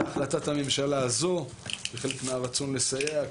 והחלטת הממשלה הזו כחלק מהרצון לסייע,